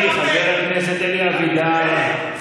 חבר הכנסת אלי אבידר.